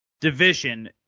division